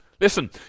Listen